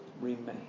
remain